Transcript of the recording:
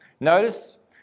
Notice